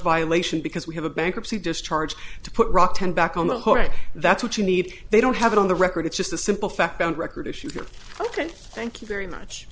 violation because we have a bankruptcy discharge to put rock ten back on the court that's what you need they don't have it on the record it's just a simple fact and record issues are ok thank you very much